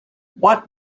what